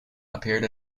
appeared